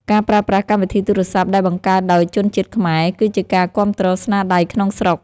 ការប្រើប្រាស់កម្មវិធីទូរស័ព្ទដែលបង្កើតដោយជនជាតិខ្មែរ គឺជាការគាំទ្រស្នាដៃក្នុងស្រុក។